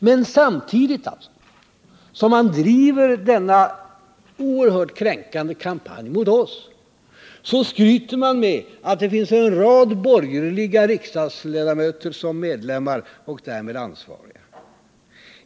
Men samtidigt med att man bedriver denna oerhört kränkande kampanj mot oss, skryter man med att en rad borgerliga riksdagsledamöter är medlemmar och därmed ansvariga.